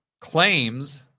claims